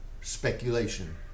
speculation